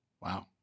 Wow